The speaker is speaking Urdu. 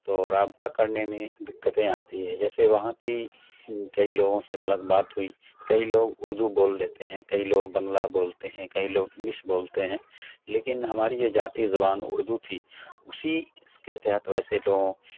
تو رابطہ کرنے میں دقتیں آتی ہے جیسے وہاں کی کئی لوگوں سے بات ہوئی کئی لوگ اردو بول لیتے ہیں کئی لوگ بنگلہ بولتے ہیں کئی لوگ انگلش بولتے ہیں لیکن ہماری جو ذاتی زبان اردو تھی اسی اس کے تحت ویسے لوگ